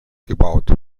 gebaut